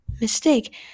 mistake